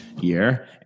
year